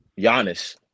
Giannis